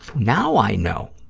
now i know,